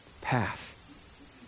path